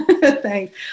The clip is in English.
thanks